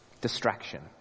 Distraction